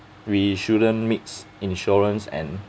we shouldn't mix insurance and